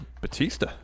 Batista